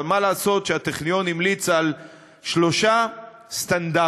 אבל מה לעשות שהטכניון המליץ על שלושה סטנדרטים.